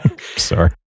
sorry